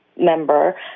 member